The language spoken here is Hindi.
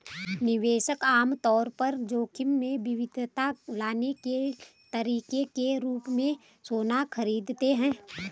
निवेशक आम तौर पर जोखिम में विविधता लाने के तरीके के रूप में सोना खरीदते हैं